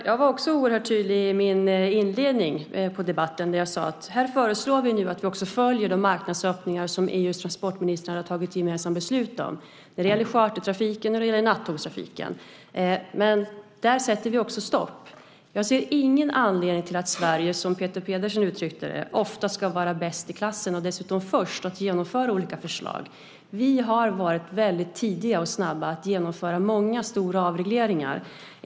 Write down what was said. Fru talman! Jag var oerhört tydligt i min inledning i debatten. Jag sade att vi nu föreslår att vi följer de marknadsöppningar som EU:s transportministrar fattat gemensamt beslut om när det gäller chartertrafiken och nattågstrafiken. Men där sätter vi också stopp. Jag ser ingen anledning till att Sverige, som Peter Pedersen uttryckte det, ofta ska vara bäst i klassen och dessutom först att genomföra olika förslag. Vi har varit väldigt tidiga och snabba att genomföra många stora avregleringar.